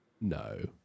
No